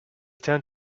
turned